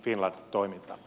kysyn ministeriltä